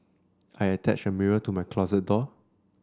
I attached a mirror to my closet door